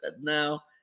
now